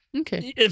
Okay